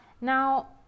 Now